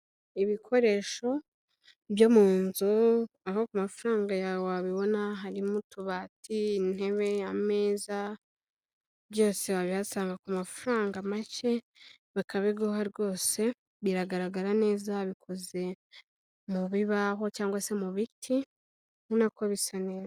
Ibikoresho byo mu nzu aho ku mafaranga yawe wabibona, harimo: utubati, intebe, ameza, byose wabihasanga ku mafaranga make, bakabiguha rwose; biragaragara neza, bikoze mu bibaho cyangwa se mu biti, ubona ko bisa neza.